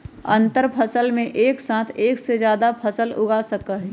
अंतरफसल में एक साथ एक से जादा फसल उगा सका हई